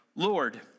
Lord